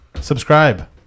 Subscribe